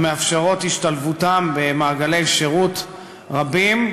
המאפשרות השתלבות במעגלי שירות רבים,